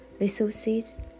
resources